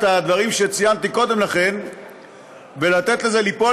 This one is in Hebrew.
הדברים שציינתי קודם לכן ולתת לזה ליפול,